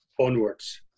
onwards